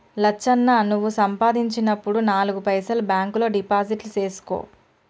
లచ్చన్న నువ్వు సంపాదించినప్పుడు నాలుగు పైసలు బాంక్ లో డిపాజిట్లు సేసుకో